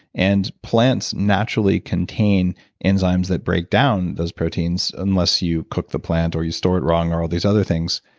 and plants naturally contain enzymes that break down those proteins unless you cook the plant or you store it wrong, or or these other things.